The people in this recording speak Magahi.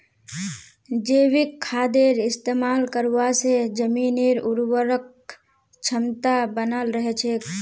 जैविक खादेर इस्तमाल करवा से जमीनेर उर्वरक क्षमता बनाल रह छेक